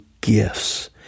gifts